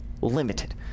limited